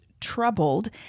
troubled